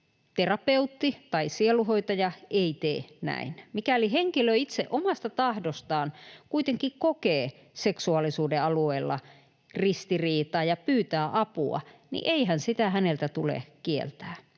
terapeutti tai sielunhoitaja ei tee näin. Mikäli henkilö itse, omasta tahdostaan, kuitenkin kokee seksuaalisuuden alueella ristiriitaa ja pyytää apua, niin eihän sitä häneltä tule kieltää.